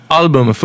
album